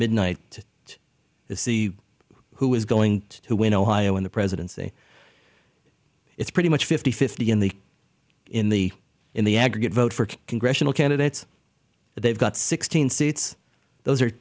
midnight to see who is going to win ohio in the presidency it's pretty much fifty fifty in the in the in the aggregate vote for congressional candidates they've got sixteen seats those are